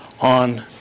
on